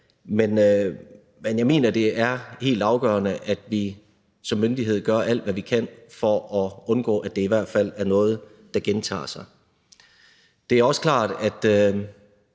Men jeg mener, at det er helt afgørende, at vi som myndighed gør alt, hvad vi kan, for at undgå, at det i hvert fald er noget, der gentager sig. Det er også klart, at